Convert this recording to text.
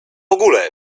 ogóle